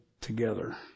together